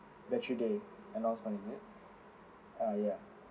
natu~ day announcement is it ah ya